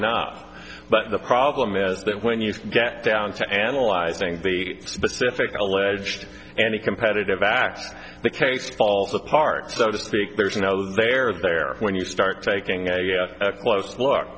h but the problem is that when you get down to analyzing the specific alleged anticompetitive acts the case falls apart so to speak there's no there there when you start taking a close look